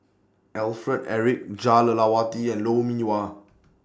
Alfred Eric Jah Lelawati and Lou Mee Wah